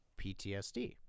PTSD